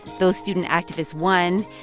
those student activists won,